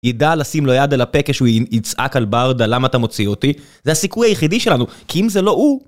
ידע לשים לו יד על הפה כשהוא יצעק על ברדה, למה אתה מוציא אותי? זה הסיכוי היחידי שלנו, כי אם זה לא הוא...